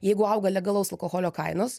jeigu auga legalaus alkoholio kainos